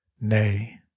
nay